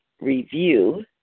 review